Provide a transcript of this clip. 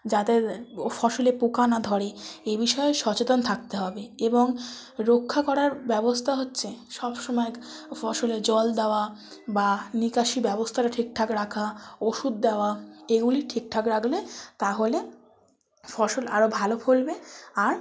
যাতে ফসলে পোকা না ধরে এ বিষয়ে সচেতন থাকতে হবে এবং রক্ষা করার ব্যবস্থা হচ্ছে সবসময় ফসলে জল দেওয়া বা নিকাশি ব্যবস্থাটা ঠিকঠাক রাখা ওষুধ দেওয়া এগুলি ঠিকঠাক রাখলে তাহলে ফসল আরও ভালো ফলবে আর